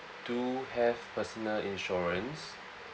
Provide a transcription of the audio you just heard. do have personal insurance